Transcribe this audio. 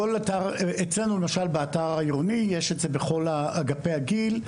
אצלנו למשל באתר העירוני יש את זה בכל אגפי הגיל,